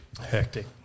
Hectic